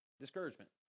discouragement